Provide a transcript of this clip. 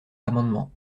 l’amendement